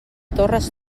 torres